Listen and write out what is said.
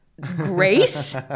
grace